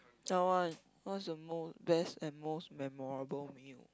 that one what's your most best and most memorable meal